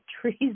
trees